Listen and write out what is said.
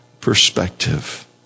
perspective